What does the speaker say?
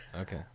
Okay